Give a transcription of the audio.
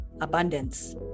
abundance